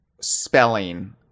spelling